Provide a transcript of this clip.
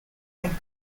and